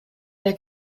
der